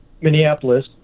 Minneapolis